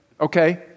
okay